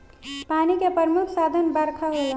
पानी के प्रमुख साधन बरखा होला